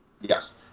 Yes